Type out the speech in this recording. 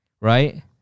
Right